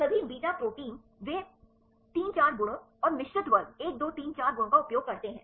सभी beta protein वे 3 4 गुणों और मिश्रित वर्ग 1 2 3 4 गुणों का उपयोग करते हैं